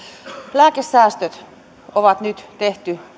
lääkesäästöt on nyt tehty